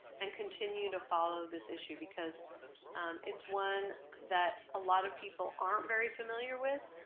and continue to follow this issue, because it's one that a lot of people aren't very familiar with,